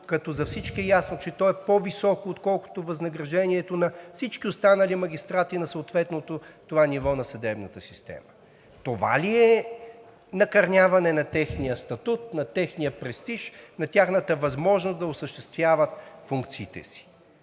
като за всички е ясно, че то е по-високо, отколкото възнаграждението на всички останали магистрати на съответното на това ниво на съдебната система. Това ли е накърняване на техния статут, на техния престиж, на тяхната възможност да осъществяват функциите си